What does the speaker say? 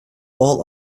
all